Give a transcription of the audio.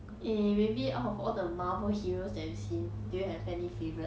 eh maybe out of all the marvel heroes that you've seen do you have any favourite